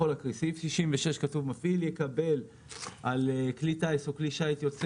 בסעיף 66 כתוב ש"מפעיל יקבל על כלי טיס או על כלי שיט יוצא